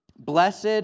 Blessed